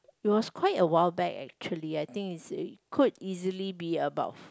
it was quite a while back actually I think it's a could easily be about